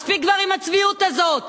מספיק כבר עם הצביעות הזאת.